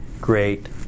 great